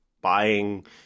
buying –